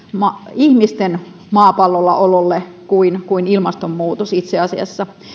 ihmisten maapallolla ololle kuin kuin ilmastonmuutos